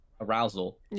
arousal